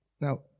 Now